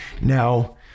Now